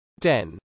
10